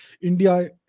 India